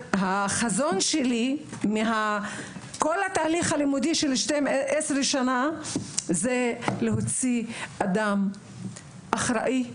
החזון שלי לכל התהליך הלימוד של 12 שנה זה להוציא אדם אחראי,